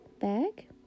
bag